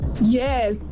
Yes